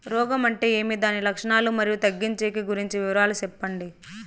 రోగం అంటే ఏమి దాని లక్షణాలు, మరియు తగ్గించేకి గురించి వివరాలు సెప్పండి?